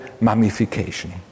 mummification